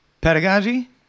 Pedagogy